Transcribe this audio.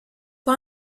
pas